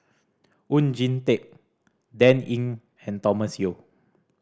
Oon Jin Teik Dan Ying and Thomas Yeo